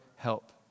help